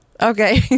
Okay